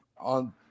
on